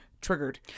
triggered